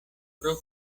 pro